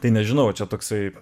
tai nežinau čia toksai